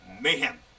mayhem